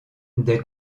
des